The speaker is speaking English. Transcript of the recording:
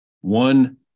One